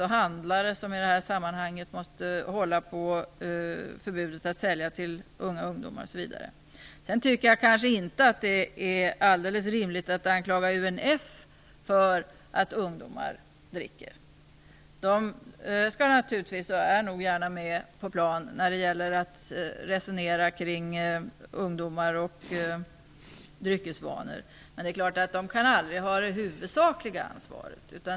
Även handlare måste i det här sammanhanget hålla på förbudet och inte sälja till ungdomar. Sedan tycker jag kanske inte att det är alldeles rimligt att anklaga UNF för att ungdomar dricker. UNF skall naturligtvis vara och är nog gärna med på plan när det gäller att resonera kring ungdomar och dryckesvanor, men det är klart att de aldrig kan ha det huvudsakliga ansvaret.